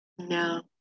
No